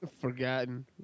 Forgotten